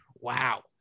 wow